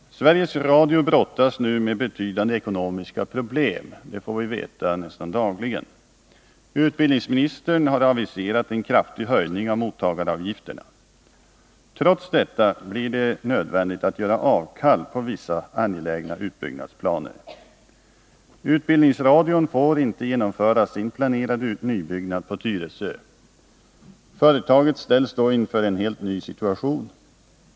Sveriges Radio brottas just nu med betydande ekonomiska problem, det får vi veta nästan dagligen. Utbildningsministern har aviserat en kraftig höjning av mottagaravgifterna. Trots detta blir det nödvändigt att göra avkall på vissa angelägna utbyggnadsplaner. Utbildningsradion får inte genomföra sin planerade nybyggnad på Tyresö. Företaget ställs då inför en helt ny situation.